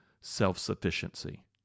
self-sufficiency